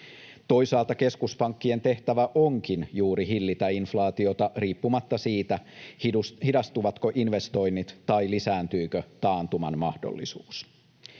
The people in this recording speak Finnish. Toisaalta keskuspankkien tehtävä onkin juuri hillitä inflaatiota riippumatta siitä, hidastuvatko investoinnit tai lisääntyykö taantuman mahdollisuus.